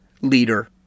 leader